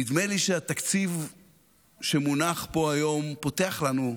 נדמה לי שהתקציב שמונח פה היום פותח לנו,